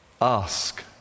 Ask